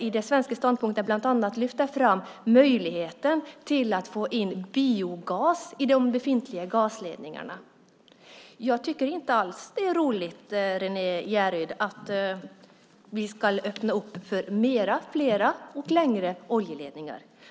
I den svenska ståndpunkten lyfts bland annat fram möjligheten att få in biogas i de befintliga gasledningarna. Jag tycker inte alls att det är roligt, Renée Jeryd, att vi ska öppna för fler och längre oljeledningar.